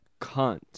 cunt